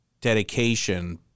dedication